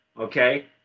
okay